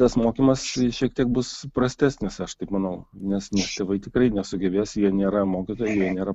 tas mokymas šiek tiek bus prastesnis aš taip manau nes tėvai tikrai nesugebės jie nėra mokytojai jie nėra